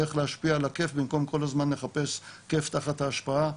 איך להשפיע על הכיף במקום כל הזמן לחפש כיף תחת ההשפעה,